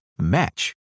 match